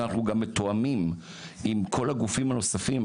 אנחנו גם מתואמים עם כל הגופים הנוספים,